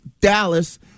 Dallas